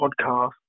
podcast